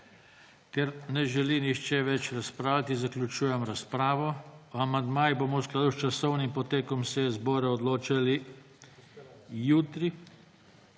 Ker ne želi nihče več razpravljati, zaključujem razpravo. O amandmajih bomo v skladu s časovnim potekom seje zbora odločali jutri,